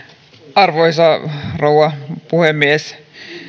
arvoisa rouva puhemies